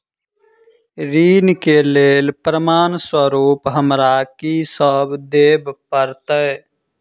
ऋण केँ लेल प्रमाण स्वरूप हमरा की सब देब पड़तय?